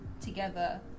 together